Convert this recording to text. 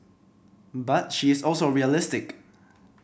but she is also realistic